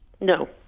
No